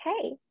Okay